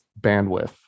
bandwidth